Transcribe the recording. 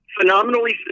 phenomenally